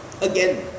again